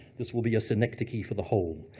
this will be a synecdoche for the whole.